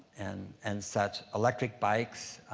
and and such. electric bikes.